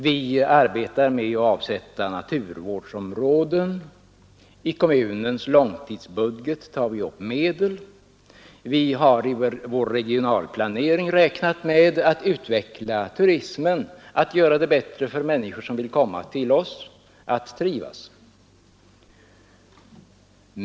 Vi arbetar med att avsätta naturvårdsområden. I kommunens långtidsbudget tar vi upp medel för detta. Vi har i vår regionalplanering räknat med att utveckla turismen och göra det lättare för människor som vill komma till oss att trivas.